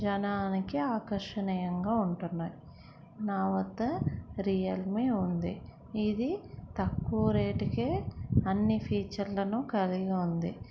జనానికి ఆకర్షణీయంగా ఉంటున్నాయి నా వద్ద రియల్మీ ఉంది ఇది తక్కువ రేటుకు అన్ని ఫీచర్లను కలిగి ఉంది